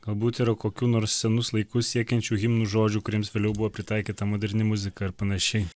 galbūt yra kokių nors senus laikus siekiančių himnų žodžių kuriems vėliau buvo pritaikyta moderni muzika ir panašiai